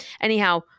anyhow